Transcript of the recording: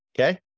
okay